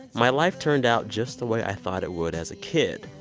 my life turned out just the way i thought it would as a kid.